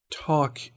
Talk